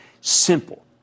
Simple